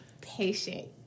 patient